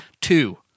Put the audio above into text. Two